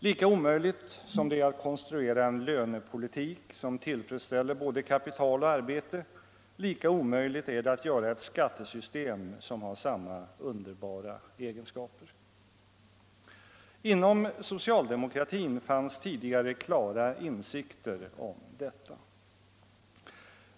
Lika omöjligt som det är att konstruera en lönepolitik som tillfredsställer både kapital och arbete, lika omöjligt är det att göra ett skattesystem som har samma underbara egenskaper. Inom socialdemokratin fanns tidigare klara insikter om detta.